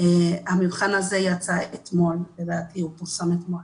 המבחן הזה יצא אתמול, לדעתי הוא פורסם אתמול.